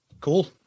cool